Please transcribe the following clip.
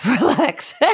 Relax